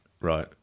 Right